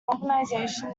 organisation